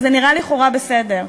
וזה נראה לכאורה בסדר.